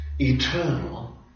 eternal